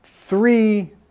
three